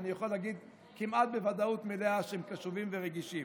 אני יכול להגיד כמעט בוודאות מלאה שהם קשובים ורגישים.